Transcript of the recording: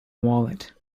wallet